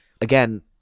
again